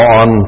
on